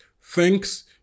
Thanks